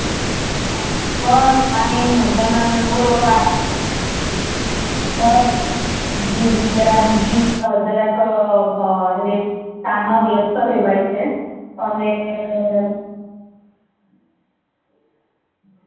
બસ fine મજામાં બોલો હા બસ જી જી જરા બીઝી જરાક રે કામમાં વ્યસ્ત રહેવાય છે અને